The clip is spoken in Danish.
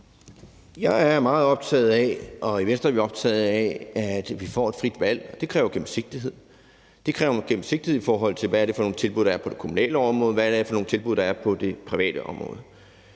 Jeg er meget optaget af, og i Venstre er vi optaget af, at vi får et frit valg. Vi kræver gennemsigtighed. Det kræver gennemsigtighed, i forhold til hvad det er for nogle tilbud, der er på det kommunale område, og hvad det er for nogle tilbud, der er på det private område.